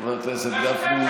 חבר הכנסת גפני,